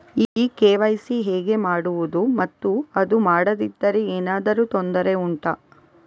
ಈ ಕೆ.ವೈ.ಸಿ ಹೇಗೆ ಮಾಡುವುದು ಮತ್ತು ಅದು ಮಾಡದಿದ್ದರೆ ಏನಾದರೂ ತೊಂದರೆ ಉಂಟಾ